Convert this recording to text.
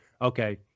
okay